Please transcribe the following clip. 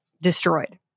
destroyed